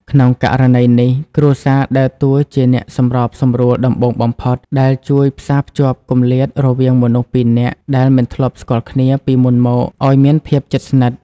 ក្នុងករណីនេះ គ្រួសារដើរតួជាអ្នកសម្របសម្រួលដំបូងបំផុតដែលជួយផ្សារភ្ជាប់គម្លាតរវាងមនុស្សពីរនាក់ដែលមិនធ្លាប់ស្គាល់គ្នាពីមុនមកឱ្យមានភាពជិតស្និទ្ធ។